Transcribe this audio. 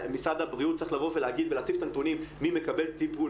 משרד הבריאות צריך לבוא ולהציב את הנתונים מי מקבל טיפול,